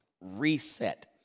Reset